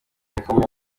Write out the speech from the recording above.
ikomeye